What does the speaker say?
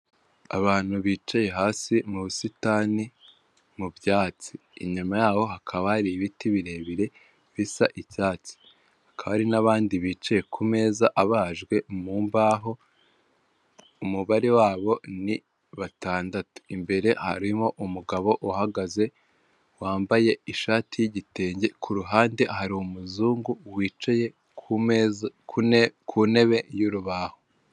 Abantu bicaye hasi mu busitani mu byatsi, inyuma yaho hakaba hari ibiti birebire bisa icyatsikaba hari n'abandi bicaye ku meza abajwe mu mbaho, umubare wabo ni batandatu imbere harimo umugabo uhagaze wambaye ishati y'gitenge, ku ruhande hari umuzungu wicaye ku ntebe y'urubaho.